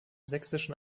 sächsischen